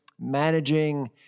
managing